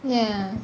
ya